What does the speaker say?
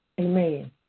Amen